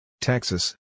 Texas